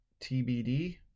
TBD